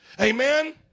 amen